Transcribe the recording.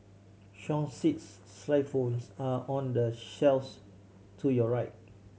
song sheets xylophones are on the shelfs to your right